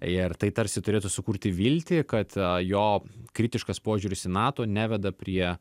ir tai tarsi turėtų sukurti viltį kad jo kritiškas požiūris į nato neveda prie